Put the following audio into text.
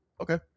Okay